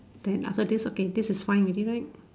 then after this okay this is fine already right